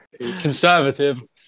Conservative